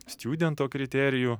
stjudento kriterijų